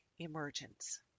Emergence